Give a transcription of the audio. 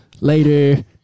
Later